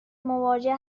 مواجه